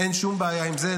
אין שום בעיה עם זה.